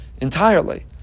entirely